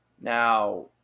Now